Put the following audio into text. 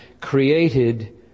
created